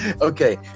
Okay